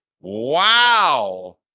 Wow